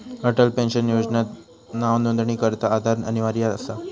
Atal pension योजनात नावनोंदणीकरता आधार अनिवार्य नसा